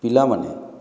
ପିଲାମାନେ